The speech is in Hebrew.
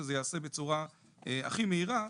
שזה ייעשה בצורה הכי מהירה.